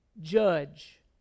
judge